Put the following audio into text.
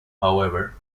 however